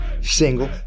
single